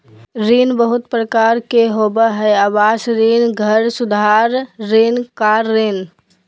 ऋण बहुत प्रकार के होबा हइ आवास ऋण, घर सुधार ऋण, कार ऋण